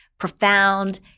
profound